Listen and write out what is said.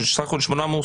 שזה סך הכול 800 מאושפזים,